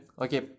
okay